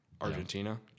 Argentina